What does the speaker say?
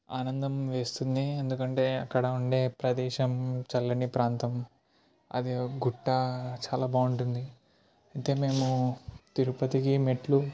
ఆనందం వేస్తుంది ఎందుకంటే అక్కడ ఉండే ప్రదేశం చల్లని ప్రాంతం అది ఒక గుట్ట చాలా బాగుంటుంది అంటే మేము తిరుపతికి మెట్లు